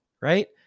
right